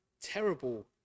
terrible